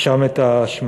שם את השממה.